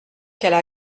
qu’elle